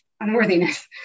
unworthiness